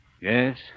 Yes